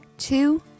Two